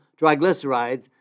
triglycerides